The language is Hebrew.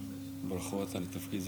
ברכות על התפקיד.